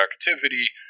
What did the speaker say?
productivity